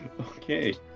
Okay